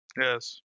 Yes